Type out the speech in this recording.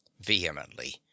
vehemently